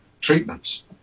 treatments